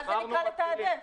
מה זה נקרא לתעדף?